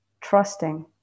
trusting